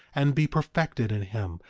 and be perfected in him,